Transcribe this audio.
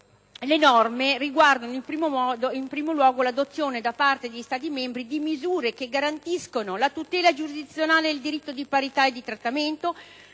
contenute riguardano in primo luogo l'adozione da parte degli Stati membri di misure che garantiscano la tutela giurisdizionale e il diritto di parità e di trattamento,